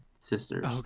Sisters